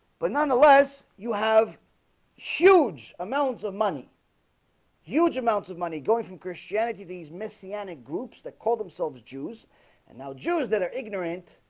but nonetheless you have huge amounts of money huge amounts of money going from christianity these myths yeah ionic groups that call themselves jews and now jews that are ignorant